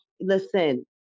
listen